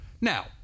now